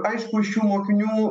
aišku šių mokinių